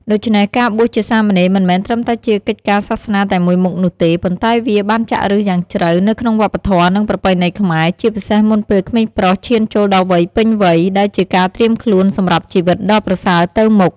ដូច្នេះ ការបួសជាសាមណេរមិនមែនត្រឹមតែជាកិច្ចការសាសនាតែមួយមុខនោះទេ ប៉ុន្តែវាបានចាក់ឫសយ៉ាងជ្រៅនៅក្នុងវប្បធម៌ និងប្រពៃណីខ្មែរ ជាពិសេសមុនពេលក្មេងប្រុសឈានចូលដល់វ័យពេញវ័យ ដែលជាការត្រៀមខ្លួនសម្រាប់ជីវិតដ៏ប្រសើរទៅមុខ។